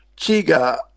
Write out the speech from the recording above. chiga